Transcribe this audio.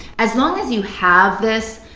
as long as you have this,